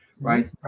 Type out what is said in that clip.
Right